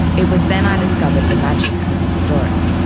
it was then i discovered the magic of this story.